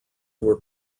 were